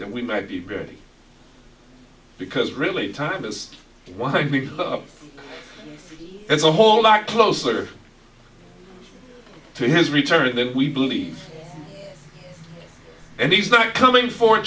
that we may be very because really time is what i mean it's a whole lot closer to his return than we believe and he's not coming for a